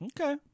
Okay